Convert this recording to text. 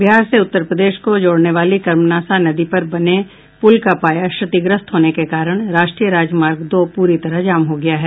बिहार से उत्तर प्रदेश को जोड़ने वाली कर्मनासा नदी पर बने पूल का पाया क्षतिग्रस्त होने के कारण राष्ट्रीय राजमार्ग दो प्ररी तरह जाम हो गया है